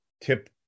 tip